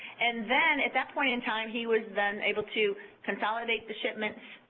and then at that point in time, he was then able to consolidate the shipment,